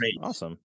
Awesome